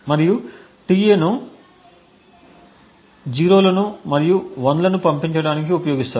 మరియు tA ను 0 లను మరియు 1 లను పంపించడానికి ఉపయోగిస్తారు